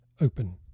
open